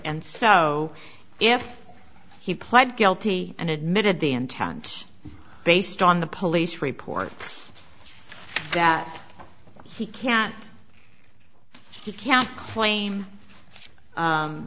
and so if he pled guilty and admitted the intent based on the police report that he can't you can't claim